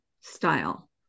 style